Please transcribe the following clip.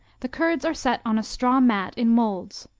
the curds are set on a straw mat in molds,